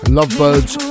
Lovebirds